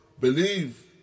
believe